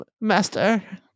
master